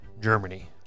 Germany